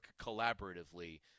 collaboratively